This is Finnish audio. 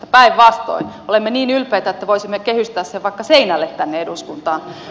päinvastoin me olemme niin ylpeitä että voisimme kehystää sen vaikka seinälle tänne eduskuntaan